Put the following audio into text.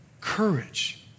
courage